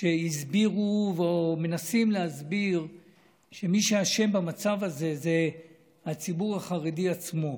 שהסבירו או מנסים להסביר שמי שאשם במצב הזה זה הציבור החרדי עצמו,